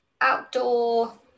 outdoor